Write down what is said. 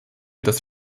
dass